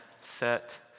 set